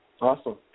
Awesome